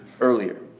earlier